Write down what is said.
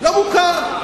לא מוכר,